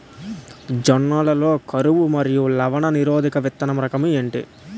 జొన్న లలో కరువు మరియు లవణ నిరోధక విత్తన రకం ఏంటి?